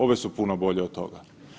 Ove su puno bolje od toga.